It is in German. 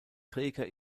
träger